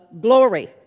glory